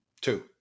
Two